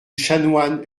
chanoine